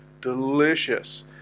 Delicious